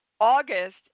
August